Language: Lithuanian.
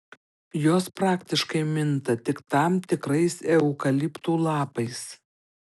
jos praktiškai minta tik tam tikrais eukaliptų lapais